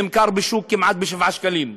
נמכר בשוק כמעט ב-7 שקלים,